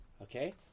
Okay